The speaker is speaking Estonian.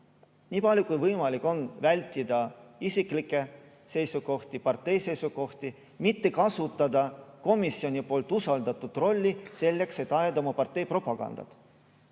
nii palju kui võimalik vältida isiklikke seisukohti, partei seisukohti, mitte kasutada seda komisjoni poolt usaldatud rolli selleks, et teha oma partei propagandat.